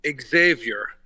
Xavier